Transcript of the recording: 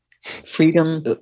freedom